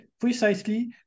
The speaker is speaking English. Precisely